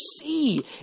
see